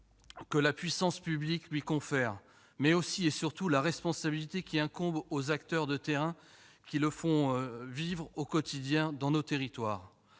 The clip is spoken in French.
que la puissance publique lui confère et surtout la responsabilité qui incombe aux acteurs de terrain qui le font vivre au quotidien dans nos territoires.